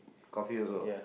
coffee also